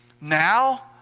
Now